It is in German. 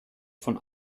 von